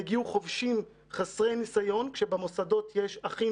הגיעו חובשים חסרי ניסיון כשבמוסדות יש אחים